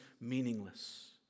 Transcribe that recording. meaningless